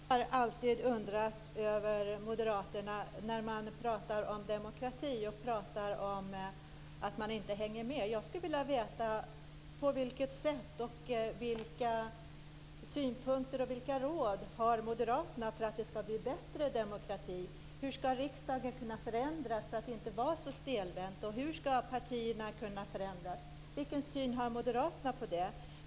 Fru talman! Jag har alltid undrat över moderaterna när man pratar om demokrati och om att man inte hänger med. Jag skulle vilja veta på vilket sätt det skall bli bättre demokrati. Vilka synpunkter och råd har moderaterna för att det skall bli bättre demokrati? Hur skall riksdagen kunna förändras för att inte vara så stelbent och hur skall partierna kunna förändras? Vilken syn har moderaterna på det?